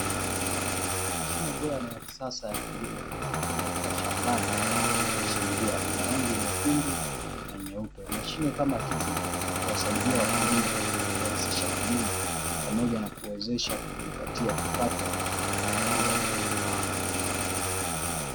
Mashine bora na ya kisasa ya kilimo inaonekana ikiwa shambani ikichimbua, ina rangi nyekundu na nyeupe. Mashine kama hizi huwasaidia wakulima katika kurahisisha kilimo pamoja na kuwawezesha kujipatia kipato na kukuza uchumi wao.